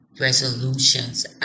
Resolutions